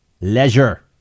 leisure